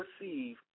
receive